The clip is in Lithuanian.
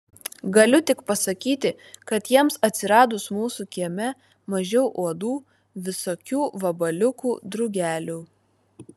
galiu tik pasakyti kad jiems atsiradus mūsų kieme mažiau uodų visokių vabaliukų drugelių